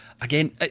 Again